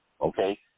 okay